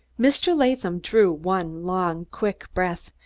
mr. latham drew one long quick breath,